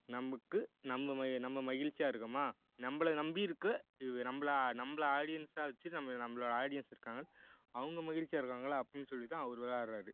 நமக்கு நம்ம ம நம்ம மகிழ்ச்சியாக இருக்கோமா நம்மள நம்பி இருக்க இதுவே நம்மளா நம்மள ஆடியன்ஸா வச்சு நம்ம நம்மளோட ஆடியன்ஸ் இருக்காங்க அவங்க மகிழ்ச்சியாக இருக்காங்களா அப்பட்னு சொல்லிதான் அவரு விளாட்றாரு